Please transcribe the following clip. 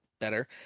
better